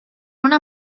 una